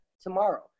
tomorrow